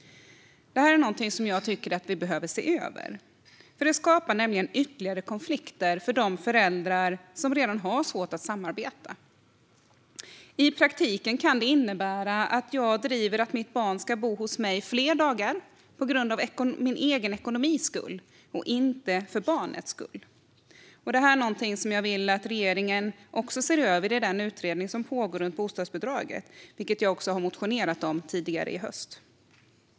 Det är någonting som jag tycker att vi behöver se över. Det skapar nämligen ytterligare konflikter för de föräldrar som redan har svårt att samarbeta. I praktiken kan det innebära att jag driver att mitt barn ska bo hos mig fler dagar för min egen ekonomis skull och inte för barnets skull. Det är någonting som jag vill att regeringen ser över i den utredning som pågår om bostadsbidraget, vilket jag också motionerat om tidigare i höst.